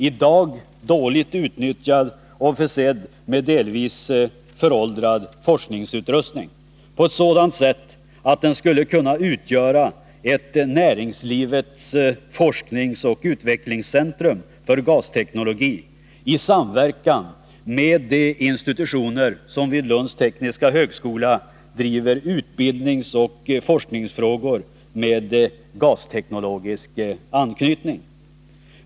— i dag dåligt utnyttjad och försedd med delvis föråldrad forskningsutrustning — på ett sådant sätt att den skulle kunna utgöra ett näringslivets forskningsoch utvecklingscentrum för gasteknologi i samverkan med de institutioner som vid LTH driver utbildningsoch forskningsfrågor med gasteknologisk anknytning.